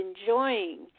enjoying